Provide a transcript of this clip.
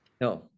No